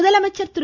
முதலமைச்சர் திரு